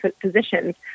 positions